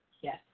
Yes